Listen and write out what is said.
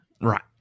Right